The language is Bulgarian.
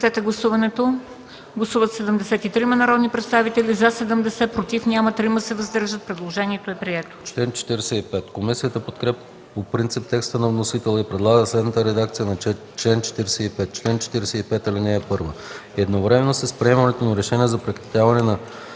комисията подкрепя по принцип текста на вносителя и предлага следната редакция на чл. 45: „Чл. 45. (1) Едновременно с приемането на решението за прекратяване на